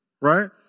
Right